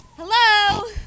Hello